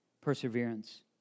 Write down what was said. Perseverance